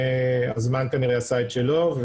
הזמן כנראה עשה את שלו.